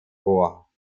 vor